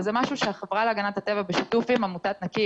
וזה משהו שהחברה להגנת הטבע בשיתוף עם עמותת נקי,